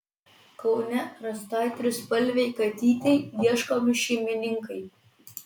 kaune rastai trispalvei katytei ieškomi šeimininkai